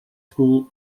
school